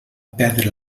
perdre